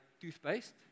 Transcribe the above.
toothpaste